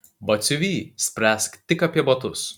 batsiuvy spręsk tik apie batus